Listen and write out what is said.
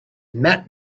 met